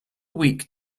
weak